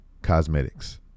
Cosmetics